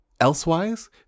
elsewise